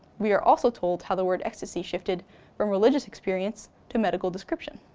we are also told how the word ecstasy shifted from religious experience to medical description.